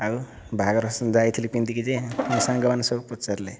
ଆଉ ବାହାଘର ଯାଇଥିଲି ପିନ୍ଧିକି ଯେ ମୋ' ସାଙ୍ଗମାନେ ସବୁ ପଚାରିଲେ